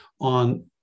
on